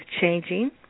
changing